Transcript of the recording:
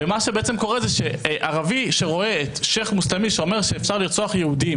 ומה שקורה זה שערבי שרואה שייח מוסלמי שאומר שאפשר לרצוח יהודים